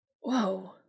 Whoa